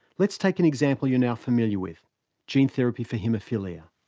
let's take an example you're now familiar with gene therapy for haemophilia.